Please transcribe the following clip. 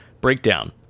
Breakdown